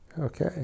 Okay